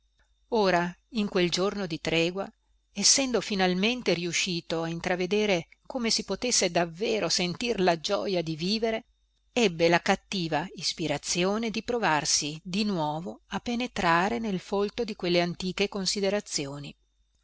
ora in quel giorno di tregua essendo finalmente riuscito a intravedere come si potesse davvero sentir la gioja di vivere ebbe la cattiva ispirazione di provarsi di nuovo a penetrare nel folto di quelle antiche considerazioni